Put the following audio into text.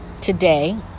today